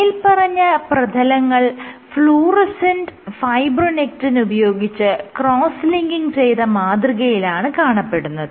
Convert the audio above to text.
മേല്പറഞ്ഞ പ്രതലങ്ങൾ fluorescent fibronectin ഉപയോഗിച്ച് ക്രോസ്സ് ലിങ്കിങ് ചെയ്ത മാതൃകയിലാണ് കാണപ്പെടുന്നത്